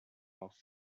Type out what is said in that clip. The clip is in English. off